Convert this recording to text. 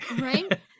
Right